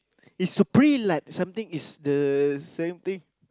it's supreme like something it's the same thing